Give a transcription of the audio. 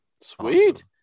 Sweet